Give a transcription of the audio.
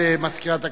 תודה למזכירת הכנסת.